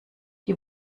die